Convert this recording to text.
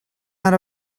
out